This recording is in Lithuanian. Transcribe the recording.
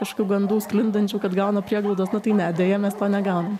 kažkokių gandų sklindančių kad gauna prieglaudos na tai ne deja mes to negaunam